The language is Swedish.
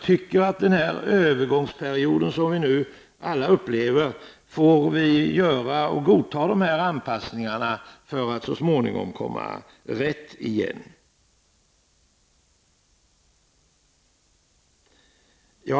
Under den övergångsperiod som vi nu upplever får vi godta de här anpassningarna, för att så småningom komma rätt igen.